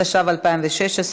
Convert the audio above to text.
התשע"ו 2016,